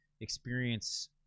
experience